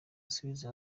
asubiza